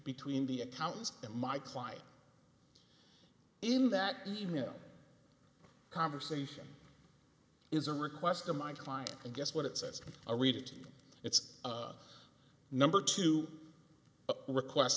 between the accountant and my client in that email conversation is a request to my client and guess what it says a read it's number to request